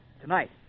Tonight